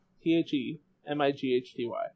T-H-E-M-I-G-H-T-Y